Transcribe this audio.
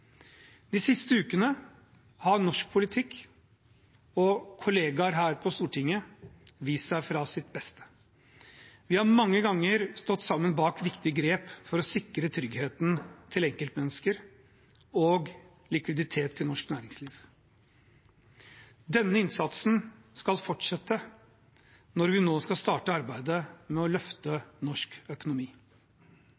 De siste ukene har norsk politikk og kollegaer her på Stortinget vist seg på sitt beste. Vi har mange ganger stått sammen om viktige grep for å sikre tryggheten til enkeltmennesker og likviditet til norsk næringsliv. Denne innsatsen skal fortsette når vi nå skal starte arbeidet med å løfte